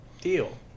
deal